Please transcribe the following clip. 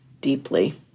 deeply